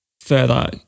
further